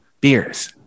beers